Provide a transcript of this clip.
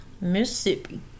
Mississippi